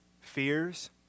fears